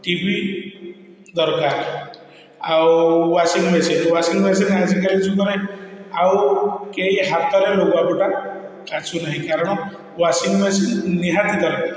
ଟି V ଦରକାର ଆଉ washing machine washing machine ଆଜିକାଲି ଯୁଗରେ ଆଉ କେହି ହାତରେ ଲୁଗାପଟା କାଚୁ ନାହିଁ କାରଣ ୱାସିଂମେସିନ ନିହାତି ଦରକାର